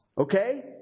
okay